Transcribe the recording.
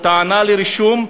או טענה לרישום,